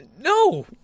No